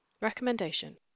Recommendation